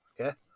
Okay